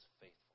faithful